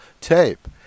tape